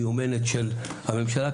מיומנת של הממשלה,